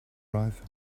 arriving